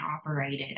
operated